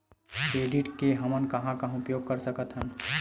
Credit के हमन कहां कहा उपयोग कर सकत हन?